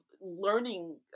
learning